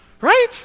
Right